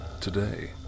today